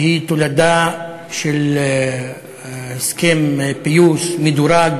שהיא תולדה של הסכם פיוס מדורג,